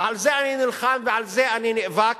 ועל זה אני נלחם, ועל זה אני נאבק.